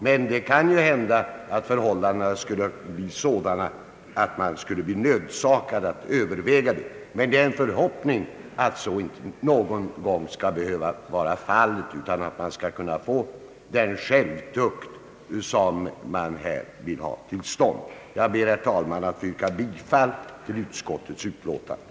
Men det kan ju hända att förhållandena ändå kan nödsaka oss att överväga åtgärder. Det är dock min förhoppning, att så inte skall behö va bli fallet, utan att vi här skall få den självtukt som vi vill ha till stånd. Jag ber, herr talman, att få yrka bifall till utskottets utlåtande.